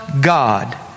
God